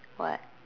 what